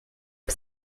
que